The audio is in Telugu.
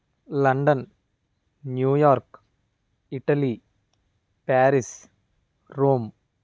London New York Italy Paris Rome